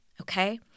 Okay